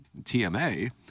TMA